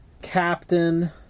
Captain